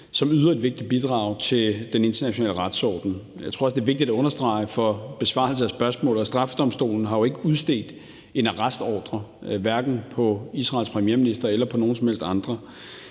som yder et vigtigt bidrag til den internationale retsorden. Jeg tror også, det er vigtigt at understrege for besvarelsen af spørgsmålet, at straffedomstolen jo ikke har udstedt en arrestordre på hverken Israels premierminister eller på nogen som helst andre.